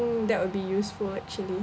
that would be useful actually